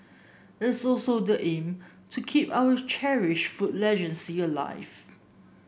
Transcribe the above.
it also the aim to keep our cherished food legacy alive